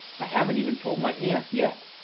i haven't even told my aunt yet.